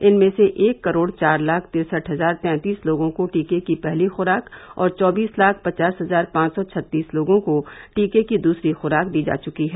इनमें से एक करोड़ चार लाख तिरसठ हजार तैंतीस लोगों को टीके की पहली खुराक और चौबीस लाख पचास हजार पांच सौ छत्तीस लोगों को टीके की दूसरी खुराक दी जा चुकी है